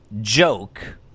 joke